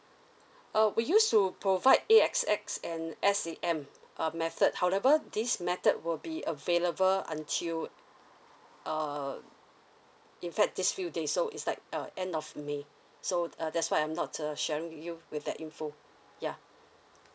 uh we used to provide A_X_S and S_A_M uh method however these method will be available until uh in fact these few days so is like uh end of may so uh that's why I'm not uh sharing you with that info ya